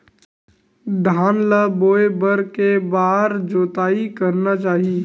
धान ल बोए बर के बार जोताई करना चाही?